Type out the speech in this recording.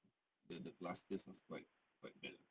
the the clusters are quite quite bad lah